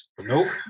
Nope